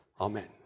Amen